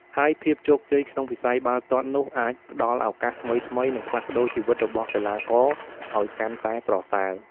ហើយភាពជោគជ័យក្នុងវិស័យបាល់ទាត់នោះអាចផ្តល់ឱកាសថ្មីៗ និងផ្លាស់ប្តូរជីវិតរបស់កីឡាករឲ្យកាន់តែប្រសើរ។